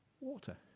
Water